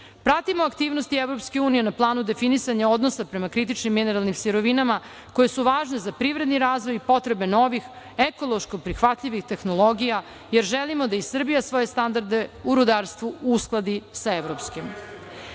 Pratimo aktivnosti EU na planu definisanja odnosa prema kritičnim mineralnim sirovinama koje su važne za privredni razvoj i potrebe novih ekološko prihvatljivih tehnologija, jer želimo da i Srbija svoje standarde u rudarstvu uskladi sa evropskim“.Takođe,